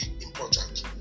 important